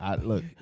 Look